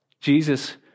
Jesus